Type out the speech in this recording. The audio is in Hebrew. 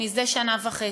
זה שנה וחצי,